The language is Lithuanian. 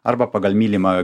arba pagal mylimą